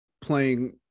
playing